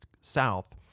South